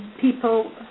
people